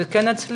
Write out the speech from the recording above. זה כן יצליח,